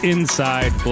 Inside